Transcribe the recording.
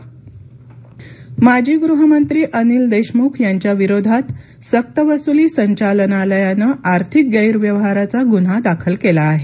Anil Deshmukh ED गुन्हा दाखल माजी गृहमंत्री अनिल देशमुख यांच्या विरोधात सक्त वसुली संचालनालयाने आर्थिक गेरव्यवहाराचा गुन्हा दाखल केला आहे